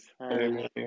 Hi